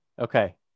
Okay